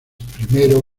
primero